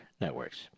networks